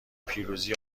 پیروزی